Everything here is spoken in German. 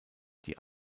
die